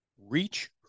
Reach